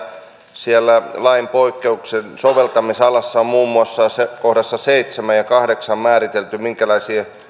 siellä lain poikkeuksen soveltamisalassa on muun muassa kohdissa seitsemän ja kahdeksan määritelty minkälaisia